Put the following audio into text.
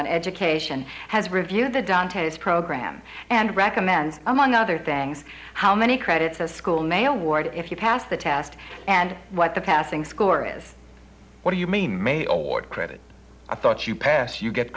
on education has reviewed the dantes program and recommends among other things how many credits a school male ward if you pass the test and what the passing score is what do you mean may or credit i thought you pass you get